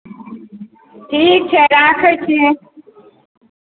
ठीक छै राखै छिए